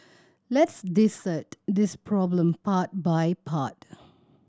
let's dissect this problem part by part